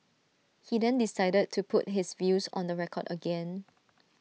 he then decided to put his views on the record again